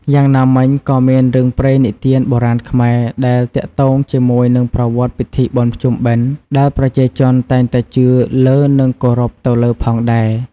យ៉ាងណាមិញក៏មានរឿងព្រេងនិទានបុរាណខ្មែរ ដែលទាក់ទងជាមួយនឹងប្រវតិ្តពីធិបុណ្យភ្ជុំបិណ្ឌដែលប្រជាជនតែងតែជឿលើនិងគោរពទៅលើផងដែរ។